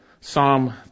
Psalm